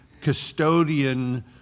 custodian